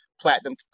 platinum